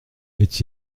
est